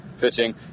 pitching